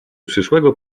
przyszłego